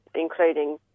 including